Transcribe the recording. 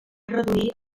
reduir